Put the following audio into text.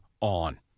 on